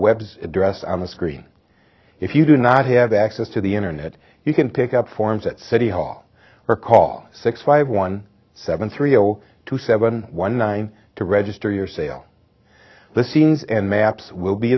web address on the screen if you do not have access to the internet you can pick up forms at city hall or call six five one seven three zero two seven one nine to register your sale the scenes and maps will be